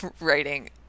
writing